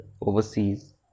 overseas